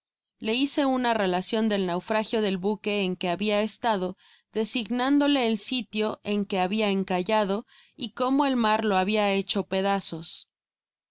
le hice una relacion del naufragio del buque en que habia estado designándole el sitio en que habia encallado y cómo el mar lo habia hecho pedazos